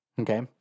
Okay